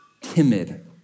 timid